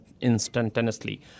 instantaneously